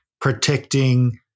protecting